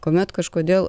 kuomet kažkodėl